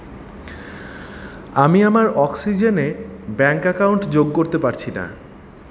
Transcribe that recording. আমি আমার অক্সিজেনে ব্যাংক অ্যাকাউন্ট যোগ করতে পারছি না